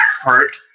hurt